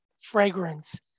fragrance